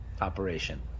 operation